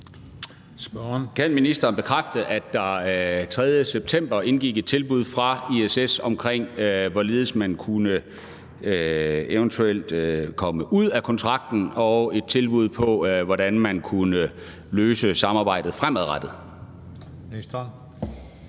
Kan ministeren bekræfte, at der den 3. september indgik et tilbud fra ISS om, hvorledes man eventuelt kunne komme ud af kontrakten, og et tilbud på, hvordan man kunne løse samarbejdet fremadrettet?